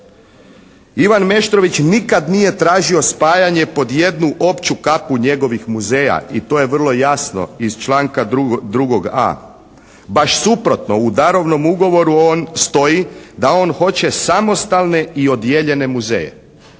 Ivan Meštrović nikad nije tražio spajanje pod jednu opću kapu njegovih muzeja i to je vrlo jasno iz članka 2a. Baš suprotno, u darovnom ugovoru on stoji da on hoće samostalne i odijeljene muzeje.